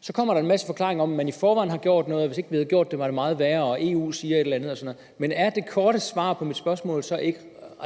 Så kommer der en masse forklaringer om, at man i forvejen har gjort noget, at hvis ikke vi havde gjort det, var det meget værre, og at EU siger et eller andet og sådan noget. Men er det